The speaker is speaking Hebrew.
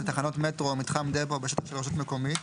תחנת מטרו או מתחם דפו בשטח של רשות מקומית,